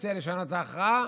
שהציע לשנות את ההכרעה.